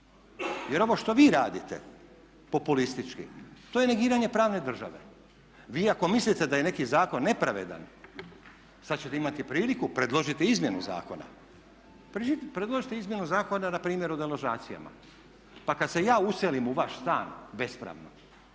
Jer ovo što vi radite populistički to je negiranje pravne države. Vi ako mislite da je neki zakon nepravedan, sad ćete imati priliku predložiti izmjenu zakona. Predložite izmjenu zakona npr. o deložacijama. Pa kad se ja uselim u vaš stan bespravno